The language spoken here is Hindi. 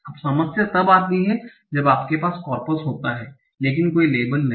अब समस्या तब आती है जब आपके पास कॉर्पस होता है लेकिन कोई लेबल नहीं